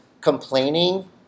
complaining